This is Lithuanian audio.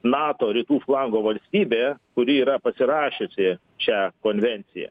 nato rytų flango valstybė kuri yra pasirašiusi šią konvenciją